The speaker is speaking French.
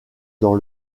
dans